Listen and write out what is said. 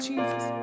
Jesus